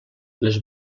les